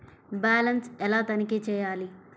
Balance ఎలా తనిఖీ చేయాలి?